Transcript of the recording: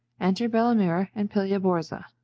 enter bellamira and pilia-borza.